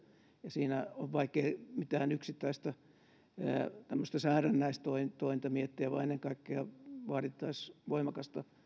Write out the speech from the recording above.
ja siinä on vaikea mitään yksittäistä säädännäistointa miettiä vaan ennen kaikkea vaadittaisiin voimakasta